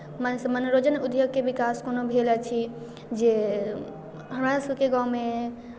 मनोरञ्जन उद्योगके विकास कोनो भेल अछि जे हमरासभके गाममे